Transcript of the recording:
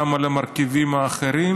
גם על המרכיבים האחרים.